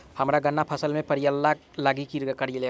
हम्मर गन्ना फसल मे पायरिल्ला लागि की करियै?